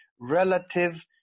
relative